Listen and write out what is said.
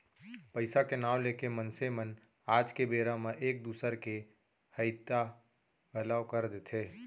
पइसा के नांव लेके मनसे मन आज के बेरा म एक दूसर के हइता घलौ कर देथे